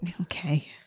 Okay